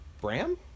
Bram